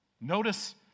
Notice